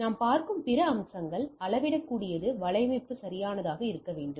நாம் பார்க்கும் பிற அம்சங்கள் அளவிடக்கூடியது வலையமைப்பு சரியானதாக இருக்க வேண்டும்